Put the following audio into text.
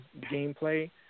gameplay